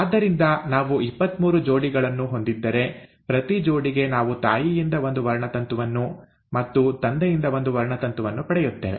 ಆದ್ದರಿಂದ ನಾವು ಇಪ್ಪತ್ಮೂರು ಜೋಡಿಗಳನ್ನು ಹೊಂದಿದ್ದರೆ ಪ್ರತಿ ಜೋಡಿಗೆ ನಾವು ತಾಯಿಯಿಂದ ಒಂದು ವರ್ಣತಂತುವನ್ನು ಮತ್ತು ತಂದೆಯಿಂದ ಒಂದು ವರ್ಣತಂತುವನ್ನು ಪಡೆಯುತ್ತೇವೆ